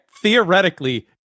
Theoretically